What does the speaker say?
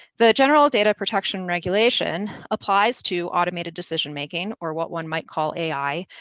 the general data protection regulation applies to automated decision making, or what one might call ai,